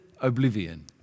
oblivion